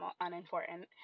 unimportant